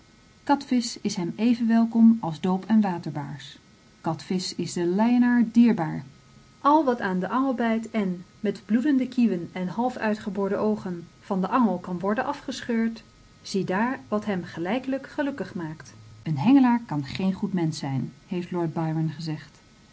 genoeg katvisch is hem even welkom als doop en waterbaars katvisch is den laienaar dierbaar al wat aan den angel bijt en met bloedende kieuwen en half uitgeboorde oogen van den angel kan worden afgescheurd ziedaar wat hem gelijkelijk gelukkig maakt een hengelaar kan geen goed mensch zijn heeft lord byron gezegd